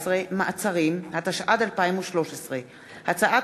לקריאה שנייה ולקריאה שלישית: הצעת